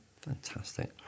Fantastic